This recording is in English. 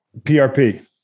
PRP